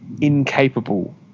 incapable